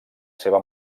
seva